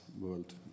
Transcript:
world